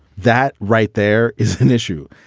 that right there is an issue.